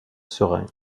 serein